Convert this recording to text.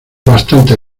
bastante